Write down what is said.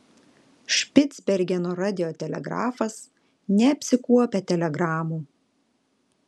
špicbergeno radiotelegrafas neapsikuopia telegramų